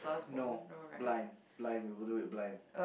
no blind blind we will do it blind